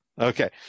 okay